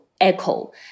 echo